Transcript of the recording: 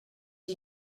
you